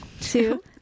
Two